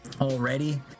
Already